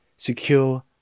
Secure